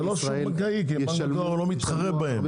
זה לא שוק בנקאי כי הבנק לא מתחרה בהם.